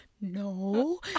No